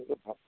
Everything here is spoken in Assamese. হয়